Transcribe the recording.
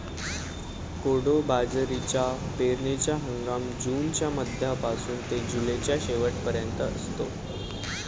कोडो बाजरीचा पेरणीचा हंगाम जूनच्या मध्यापासून ते जुलैच्या शेवट पर्यंत असतो